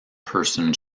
person